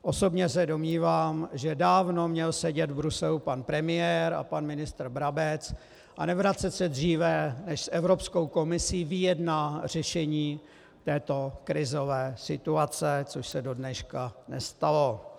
Osobně se domnívám, že dávno měl sedět v Bruselu pan premiér a pan ministr Brabec a nevracet se dříve, než s Evropskou komisí vyjedná řešení této krizové situace, což se dodneška nestalo.